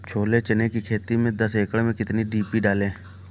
छोले चने की खेती में दस एकड़ में कितनी डी.पी डालें?